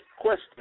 question